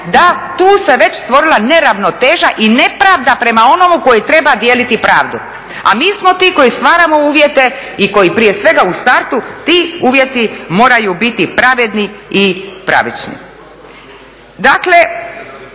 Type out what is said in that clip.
da tu se već stvorila neravnoteža i nepravda prema onome koji treba dijeliti pravdu. A mi smo ti koji stvaramo uvjete i koji prije svega u startu, ti uvjeti moraju biti pravedni i pravični.